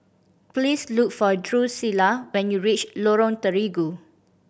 please look for Drusilla when you reach Lorong Terigu